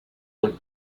would